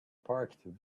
parked